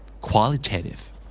Qualitative